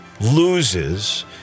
loses